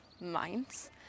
minds